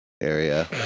area